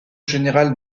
général